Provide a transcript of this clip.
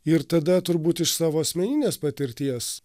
ir tada turbūt iš savo asmeninės patirties